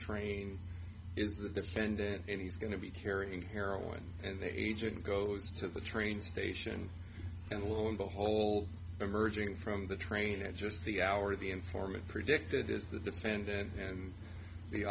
train is the defendant and he's going to be carrying heroin and the agent goes to the train station and lo and behold emerging from the train at just the hour the informant predicted is the defendant and the